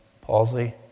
palsy